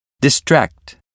distract